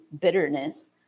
bitterness